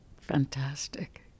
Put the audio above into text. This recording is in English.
fantastic